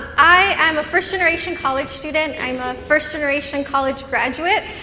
i am a first-generation college student, i am a first-generation college graduate.